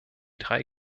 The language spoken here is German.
drei